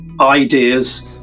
ideas